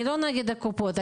אני לא נגד הקופות,